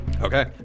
Okay